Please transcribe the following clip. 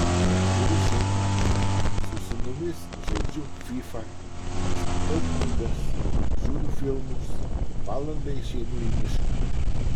turiu šeimą su sūnumis žaidžiu fifa skaitau knygas žiūriu filmus valandai išeinu į mišką